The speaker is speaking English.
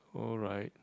alright